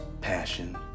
passion